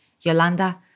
Yolanda